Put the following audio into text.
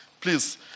please